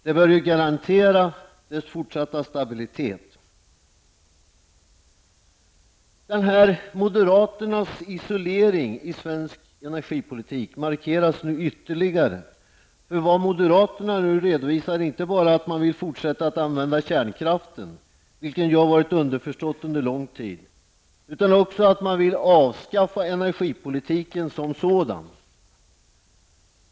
Det bör garantera dess fortsatta stabilitet. Denna moderaternas isolering i svensk energipolitik markeras nu ytterligare. Moderaterna redovisar nu inte bara att man vill fortsätta att använda kärnkraften, vilket ju har varit underförstått under lång tid, utan att man också vill avskaffa energipolitiken som sådan.